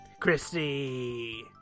christy